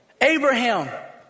Abraham